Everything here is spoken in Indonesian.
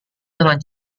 dengan